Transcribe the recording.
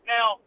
Now